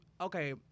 okay